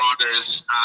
brothers